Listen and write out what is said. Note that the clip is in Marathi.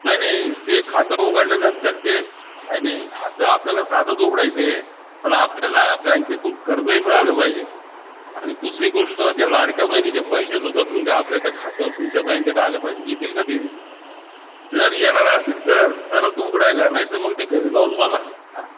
नाही नाही ते खातं उघडल्यानंतर ते नाही नाही खातं आपल्याला साधंच उघडायचं आहे पण आपल्याला बँकेतून कर्जही मिळालं पाहिजे आणि दुसरी गोष्ट त्या लाडक्या बहिणीचे पैसे सुद्धा तुमच्या आपल्या त्या खात्यावर तुमच्या बँकेत आले पाहिजे येतील का ते जर येणार असतील तर तरच उघडायला नाही तर मग ते घरी लाऊन मला हां